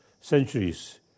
centuries